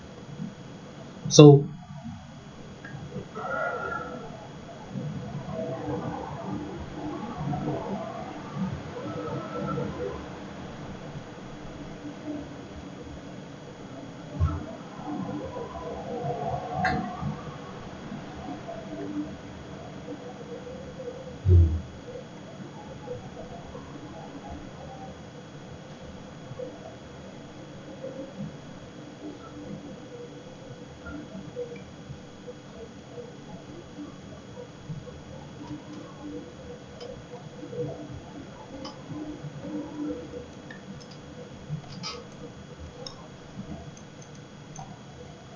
so mm